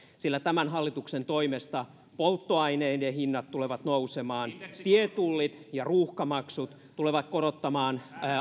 tämän hallituksen toimesta polttoaineiden hinnat tulevat nousemaan tietullit ja ruuhkamaksut tulevat korottamaan